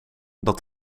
dat